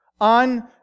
on